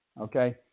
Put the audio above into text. okay